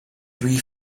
three